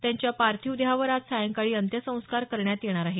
त्यांच्या पार्थिव देहावर आज सायंकाळी अंत्यसंस्कार करण्यात येणार आहेत